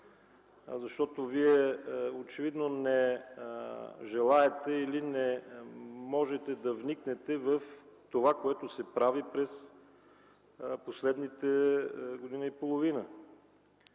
зала. Вие очевидно не желаете или не можете да вникнете в това, което се прави през последната година и половина.